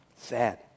Sad